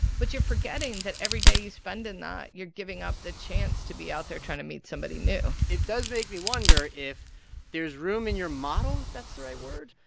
but you're forgetting that every day you spend in that, you're giving up the chance to be out there trying to meet somebody new it does make me wonder if there's room in your model, if that's the right word,